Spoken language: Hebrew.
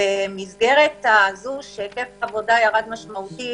ובמסגרת הזו שהיקף העבודה ירד משמעותית